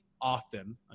often